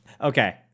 Okay